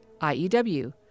IEW